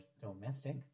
domestic